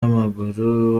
w’amaguru